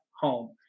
home